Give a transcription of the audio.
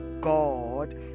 God